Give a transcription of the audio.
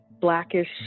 blackish